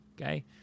Okay